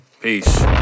Peace